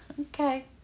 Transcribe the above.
okay